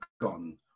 gone